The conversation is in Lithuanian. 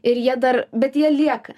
ir jie dar bet jie lieka